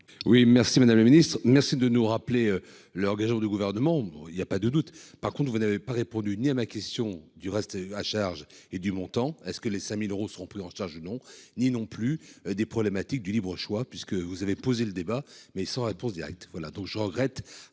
Oui merci Madame la Ministre merci de nous rappeler leur engagement du gouvernement il y a pas de doute. Par contre vous n'avez pas répondu ni à ma question du reste à charge et du montant, est-ce que les 5000 euros seront pris en charge. Non, ni non plus des problématiques du libre choix puisque vous avez posé le débat mais sans réponse directe.